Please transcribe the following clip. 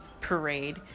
Parade